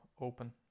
open